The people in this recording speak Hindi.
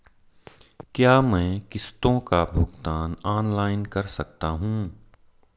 क्या मैं किश्तों का भुगतान ऑनलाइन कर सकता हूँ?